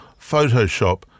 Photoshop